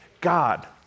God